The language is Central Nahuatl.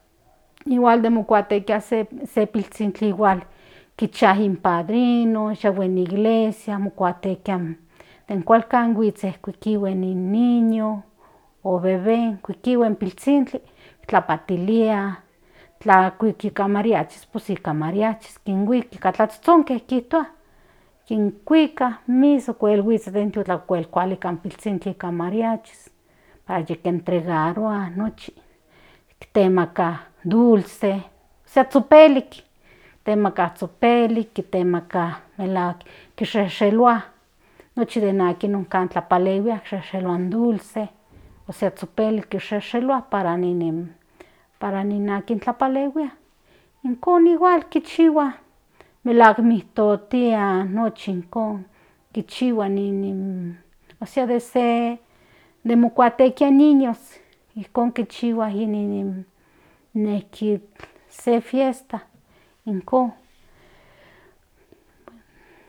Igual de motekia se pilzhinkli kicha ni padrino yahue in iglesia mokatekia den kuaktlan huits kitihuen in niño o in bebe kisatihue in pilzhinkli tlapatilia kuiki niak mariachi pue nika mariachi kinhuiki hasta ijkon ka kuika in miza okual den yitiotlak huiki in pinzhinkli nika mariachi para yike entregarua nochi temaka duice ósea zhopelik kitemaka zhopelik kisheshelua nochin den aka kipalehuia sheshelua in dulce ósea in zhopelik kisheshelua para para nin akin kinpalihuia ijjkon igual kinchihua melahuak ijkon to tia nochi ijkon chiua ósea de se de mokuatekia in niños ijkon kichihua in nin nejki se fiesta ijon.